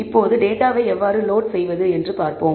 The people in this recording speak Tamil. இப்போது டேட்டாவை எவ்வாறு லோட் செய்வது என்று பார்ப்போம்